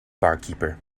barkeeper